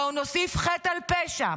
בואו נוסיף חטא על פשע,